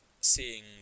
seeing